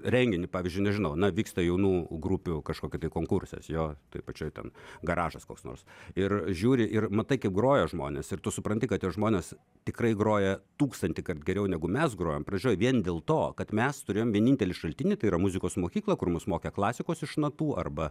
renginį pavyzdžiui nežinau na vyksta jaunų grupių kažkokia tai konkursas jo toj pačioj ten garažas koks nors ir žiūri ir matai kaip groja žmonės ir tu supranti kad tie žmonės tikrai groja tūkstantį kartų geriau negu mes grojom pradžioj vien dėl to kad mes turėjom vienintelį šaltinį tai yra muzikos mokyklą kur mus mokė klasikos iš natų arba